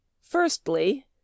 Firstly